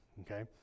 okay